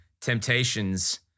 temptations